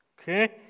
Okay